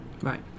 Right